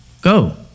Go